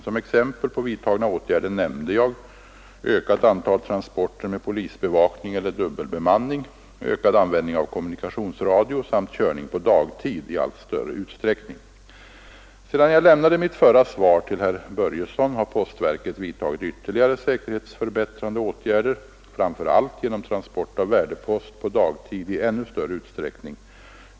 Som exempel på vidtagna åtgärder nämnde jag ökat Sedan jag lämnade mitt förra svar till herr Börjesson har postverket vidtagit ytterligare säkerhetsförbättrande åtgärder framför allt genom transport av värdepost på dagtid i ännu större utsträckning.